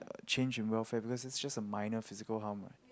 change in welfare because is just a minor physical harm what